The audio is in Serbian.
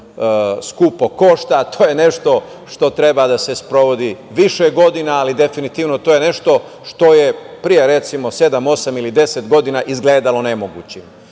skupo košta. To je nešto što treba da se sprovodi više godina, ali definitivno to je nešto što je pre recimo sedam, osam ili deset godina izgledalo nemoguće. Mi